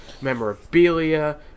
memorabilia